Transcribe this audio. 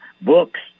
books